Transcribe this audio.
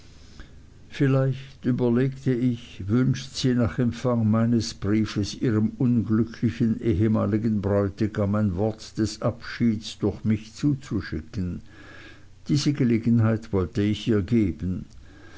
vielleicht überlegte ich wünscht sie nach empfang meines briefes ihrem unglücklichen ehemaligen bräutigam ein wort des abschieds durch mich zuzuschicken diese gelegenheit wollte ich ihr geben